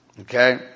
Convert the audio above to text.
Okay